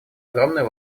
огромную